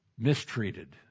mistreated